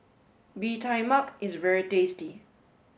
Bee Tai Mak is very tasty